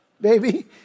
baby